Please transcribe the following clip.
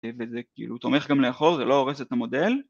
וזה כאילו תומך גם לאחור, זה לא הורס את המודל